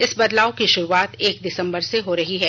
इस बदलाव की शुरुआत एक दिसंबर से हो रही है